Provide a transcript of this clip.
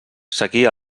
seguia